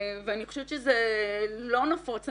אני חושבת שזה לא נפוץ.